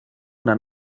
una